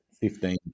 fifteen